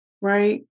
right